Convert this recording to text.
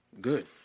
good